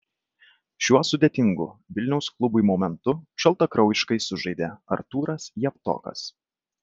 šiuo sudėtingu vilniaus klubui momentu šaltakraujiškai sužaidė artūras javtokas